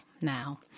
now